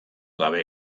gabe